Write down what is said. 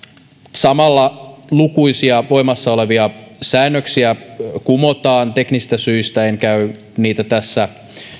samalla lukuisia voimassa olevia säännöksiä kumotaan teknisistä syistä en käy niitä tässä